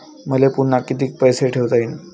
मले पुन्हा कितीक पैसे ठेवता येईन?